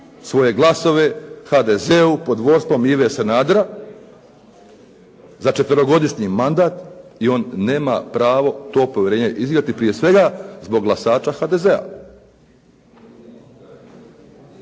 svoje glasove HDZ-u pod vodstvom Ive Sanadera za četverogodišnji mandat i on nema pravo to povjerenje iznevjeriti prije svega zbog glasača HDZ-a.